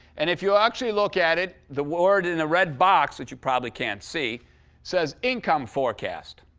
and if you actually look at it, the word in the red box that you probably can't see says income forecast.